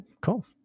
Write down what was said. cool